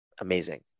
amazing